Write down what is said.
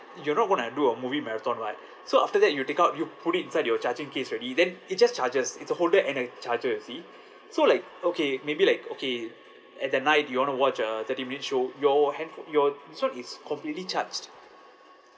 you're not going to do a movie marathon right so after that you take out you put it inside your charging case already then it just charges it's a holder and a charger you see so like okay maybe like okay at that night you want to watch a thirty minute show your handpho~ your so it's completely charged